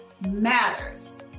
matters